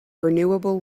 renewable